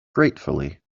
gratefully